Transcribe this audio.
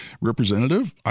representative